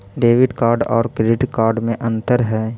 Debit card और credit card में अन्तर है?